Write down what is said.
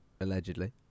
allegedly